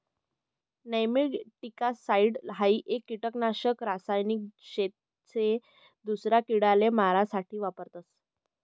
nematicide हाई एक किडानाशक रासायनिक शे ते दूसरा किडाले मारा साठे वापरतस